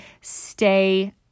stay